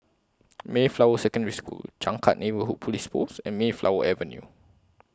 Mayflower Secondary School Changkat Neighbourhood Police Post and Mayflower Avenue